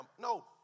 no